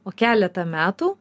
o keletą metų